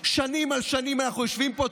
שנים על שנים אנחנו יושבים פה,